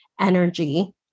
energy